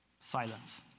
Silence